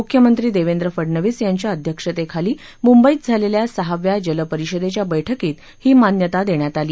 मुख्यमंत्री देवेंद्र फडनवीस यांच्या अध्यक्षतेखाली मुंबईत झालेल्या सहाव्या जल परिषदेच्या बैठकीत ही मान्यता देण्यात आली